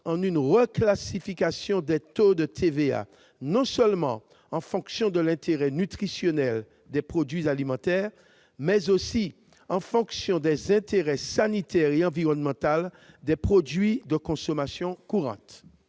une reclassification des taux de TVA en fonction non seulement de l'intérêt nutritionnel des produits alimentaires, mais aussi de l'intérêt sanitaire et environnemental des produits de consommation courante.